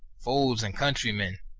foes and countrymen,